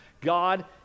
God